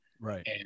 Right